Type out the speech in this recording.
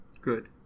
Good